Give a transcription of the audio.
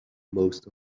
most